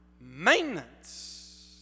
maintenance